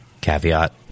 caveat